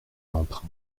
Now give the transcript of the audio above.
l’emprunt